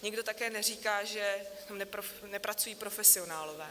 Nikdo také neříká, že tam nepracují profesionálové.